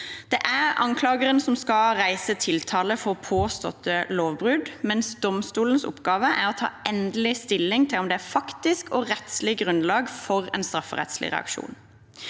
Det er anklageren som skal reise tiltale for påståtte lovbrudd, mens domstolens oppgave er å ta endelig stilling til om det er faktisk og rettslig grunnlag for en strafferettslig reaksjon.